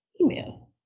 email